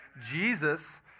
Jesus